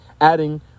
adding